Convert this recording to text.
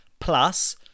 Plus